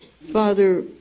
father